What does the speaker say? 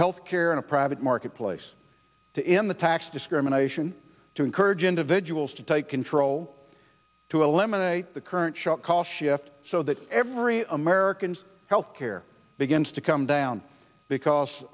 health care in a private marketplace to in the tax discrimination to encourage individuals to take control to eliminate the current shop call shift so that every american health care begins to come down because